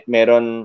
Meron